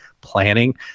planning